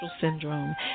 syndrome